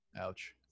Ouch